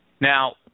Now